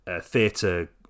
theatre